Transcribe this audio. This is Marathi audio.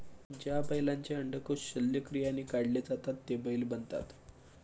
ज्या बैलांचे अंडकोष शल्यक्रियाने काढले जातात ते बैल बनतात